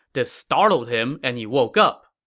this startled him and he woke up.